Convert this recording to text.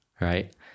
right